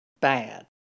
bad